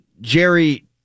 Jerry